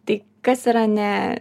tai kas yra ne